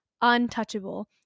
untouchable